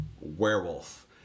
Werewolf